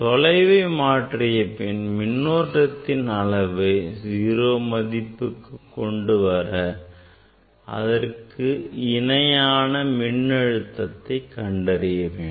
தொலைவை மாற்றியபின் மின்னூட்டத்தின் அளவை 0 மதிப்புக்கு கொண்டுவந்து அதற்கு இணையான மின் அழுத்தத்தை கண்டறிய வேண்டும்